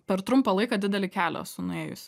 per trumpą laiką didelį kelią esu nuėjus